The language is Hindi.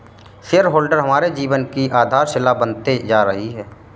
शेयर होल्डर हमारे जीवन की आधारशिला बनते जा रही है